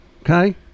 Okay